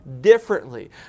differently